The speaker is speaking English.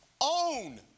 own